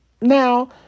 now